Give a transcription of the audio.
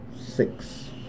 Six